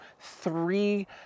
three